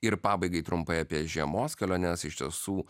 ir pabaigai trumpai apie žiemos keliones iš tiesų